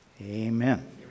amen